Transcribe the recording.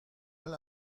all